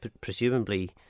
presumably